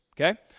okay